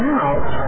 out